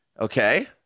okay